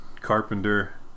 carpenter